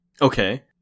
okay